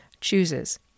chooses